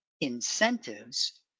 incentives